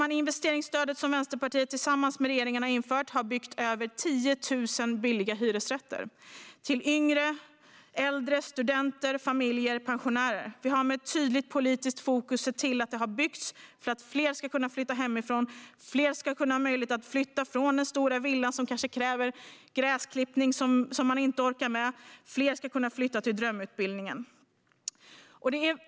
Tack vare investeringsstödet som Vänsterpartiet tillsammans med regeringen har infört har över 10 000 billiga hyresrätter byggts till yngre, äldre, studenter, familjer och pensionärer. Vi har med ett tydligt politiskt fokus sett till att det har byggts för att fler ska kunna flytta hemifrån. Fler ska ha möjlighet att flytta från den stora villan som kanske kräver gräsklippning som man inte orkar med. Fler ska kunna flytta till drömutbildningen.